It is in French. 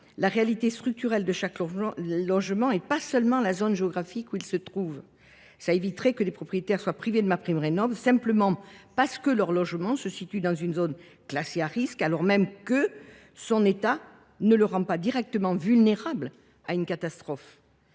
la réalité structurelle de chaque logement, et non seulement la zone géographique où il se trouve. Ce ciblage éviterait que les propriétaires soient privés de MaPrimeRénov’ au seul motif que leur logement se situe dans une zone classée à risques, alors même que son état ne le rend pas directement vulnérable à une catastrophe.